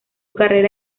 carrera